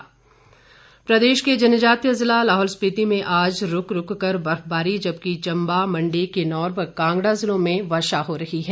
मौसम प्रदेश के जनजातीय जिला लाहौल स्पिति में आज रुक रुक कर बर्फबारी जबकि चंबा मंडी किन्नौर व कांगड़ा जिलों में वर्षा हो रही है